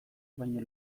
baino